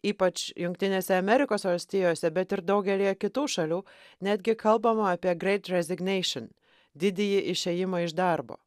ypač jungtinėse amerikos valstijose bet ir daugelyje kitų šalių netgi kalbama apie great resignation didįjį išėjimą iš darbo